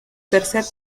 tercer